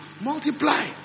Multiply